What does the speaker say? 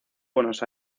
buenos